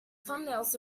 thumbnails